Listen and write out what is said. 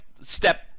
step